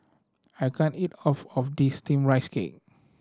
I can't eat of of this Steamed Rice Cake